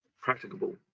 practicable